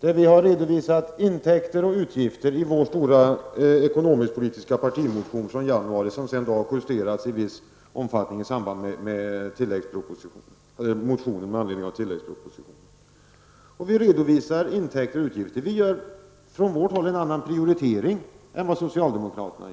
med intäkter och utgifter i vår stora ekonomiskpolitiska partimotion från januari. Den har sedan i viss omfattning justerats i samband med motioner med anledning av tilläggspropositionen. Från vårt håll gör vi en annan prioritering än socialdemokraterna.